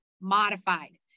modified